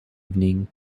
evening